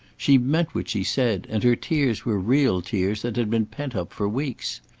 she meant what she said, and her tears were real tears that had been pent up for weeks.